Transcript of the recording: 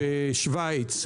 -- בשוויץ,